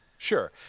Sure